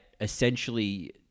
essentially –